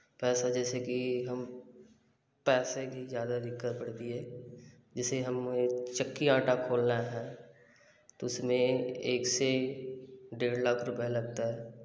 पैसा जैसे कि हम पैसे की ज्यादा दिक्कत पड़ती है जैसे हमें चक्की आटा खोलना है तो उसमें एक से डेढ़ लाख रुपए लगता है